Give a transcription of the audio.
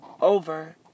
over